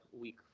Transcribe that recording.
week